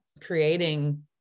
creating